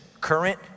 current